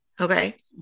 Okay